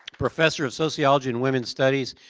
professor of sociology and women's studies,